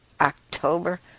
October